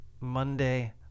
Monday